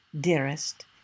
dearest